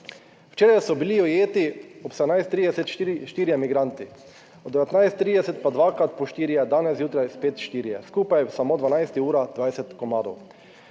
Včeraj so bili ujeti ob 17.30 štirje migranti, od 19.30 pa dvakrat po štirje, danes zjutraj spet štirje, skupaj samo 12 urah 20 komadov.